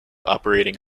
operating